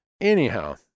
anyhow